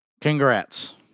Congrats